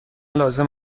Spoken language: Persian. لازم